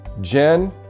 Jen